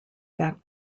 back